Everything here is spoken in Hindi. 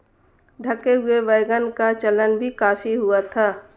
ढके हुए वैगन का चलन भी काफी हुआ था